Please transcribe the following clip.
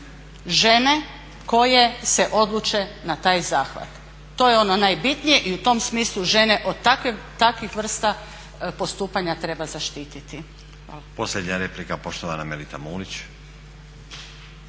žene koje se odluče na taj zahvat. To je ono najbitnije i u tom smislu žene od takvih vrsta postupanja treba zaštititi.